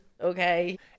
Okay